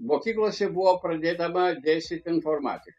mokyklose buvo pradedama dėstyt informatika